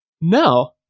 No